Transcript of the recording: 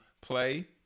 play